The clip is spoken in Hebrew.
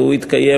והוא התקיים,